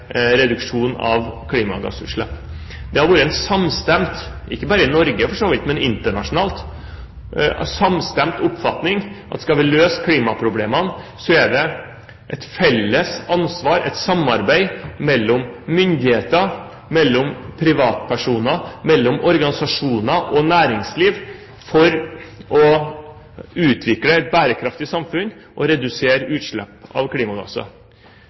reduksjon av klimagassutslipp. Det har vært en samstemt oppfatning – ikke bare i Norge for så vidt, men internasjonalt – at skal vi løse klimaproblemene, er det et felles ansvar – et samarbeid mellom myndigheter, privatpersoner, organisasjoner og næringsliv for å utvikle et bærekraftig samfunn og redusere utslipp av klimagasser.